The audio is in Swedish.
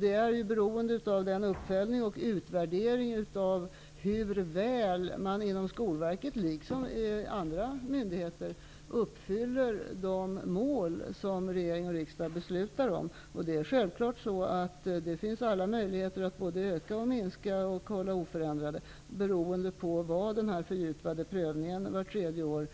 Det är ju beroende av den uppföljning och utvärdering av hur väl man inom Skolverket, liksom inom andra myndigheter, uppfyller de mål som regering och riksdag beslutar om. Det finns självfallet alla möjligheter att både öka och minska anslagen eller låta dem vara oförändrade, beroende vad de fördjupade prövningarna vart tredje år